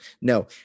no